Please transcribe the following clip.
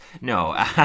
No